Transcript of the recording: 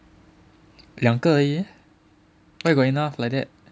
两个而已 eh where got enough like that